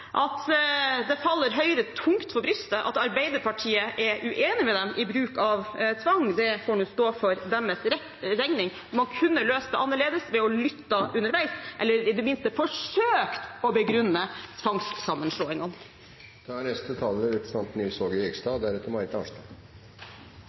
At det faller Høyre tungt for brystet at Arbeiderpartiet er uenige med dem i bruk av tvang, får nå stå for deres regning, men man kunne løst det annerledes ved å lytte underveis eller i det minste forsøke å begrunne